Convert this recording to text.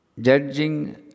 Judging